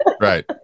right